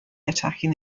attacking